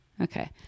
Okay